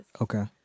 Okay